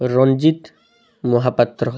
Ranjit Mohapatra